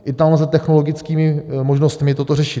I tam lze technologickými možnostmi toto řešit.